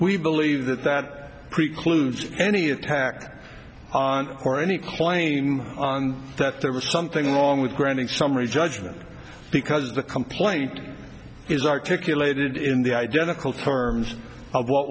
we believe that that precludes any attack on or any claim that there was something wrong with granting summary judgment because the complaint is articulated in the identical terms of what